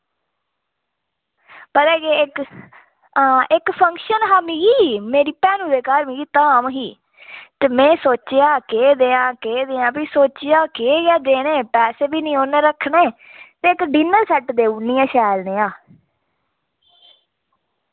पता केह् इक हां इक फंक्शन हा मिगी मेरी भैनू दे घर मिगी धाम ही ते में सोचेआ केह् देआं केह् देआं फ्ही सोचेआ केह् देने पैसे बी निं उन्ने रक्खने ते इक डिनर सेट देई ओड़नी आं शैल नेहा